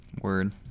Word